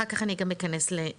אחר כך אני גם אכנס לנתונים.